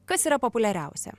kas yra populiariausia